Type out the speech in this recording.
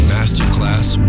Masterclass